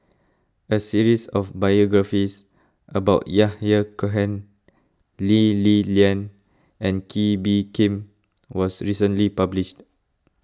a series of biographies about Yahya Cohen Lee Li Lian and Kee Bee Khim was recently published